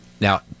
Now